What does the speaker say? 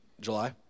July